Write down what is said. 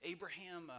Abraham